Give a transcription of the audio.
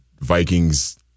Vikings—